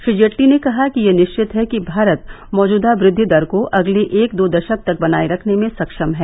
श्री जेटली ने ेकहा कि यह निश्चित है कि भारत मौजूदा वृद्धि दर को अगले एक दो दशक तक बनाये रखने में सक्षम है